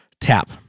Tap